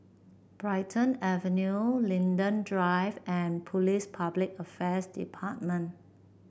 Brighton Avenue Linden Drive and Police Public Affairs Department